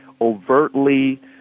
overtly